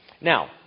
Now